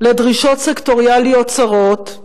לדרישות סקטוריאליות צרות,